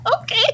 Okay